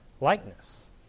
likeness